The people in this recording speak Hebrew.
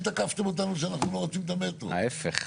יהיה: העתקה,